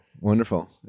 wonderful